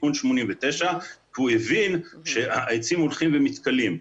תיקון 89. הוא הבין שהעצים הולכים ומתכלים.